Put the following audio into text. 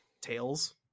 tails